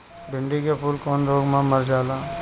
भिन्डी के फूल कौने रोग से मर जाला?